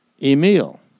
Emil